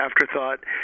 afterthought